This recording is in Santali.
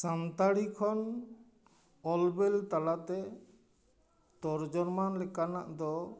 ᱥᱟᱱᱛᱟᱲᱤ ᱠᱷᱚᱱ ᱚᱞᱵᱮᱞ ᱛᱟᱞᱟ ᱛᱮ ᱛᱚᱨᱡᱚᱢᱟ ᱞᱮᱠᱟᱱᱟᱜ ᱫᱚ